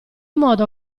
modo